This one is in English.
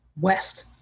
West